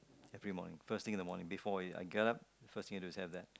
every morning first thing in the morning before I I get up the first thing I do is that